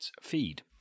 feed